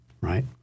right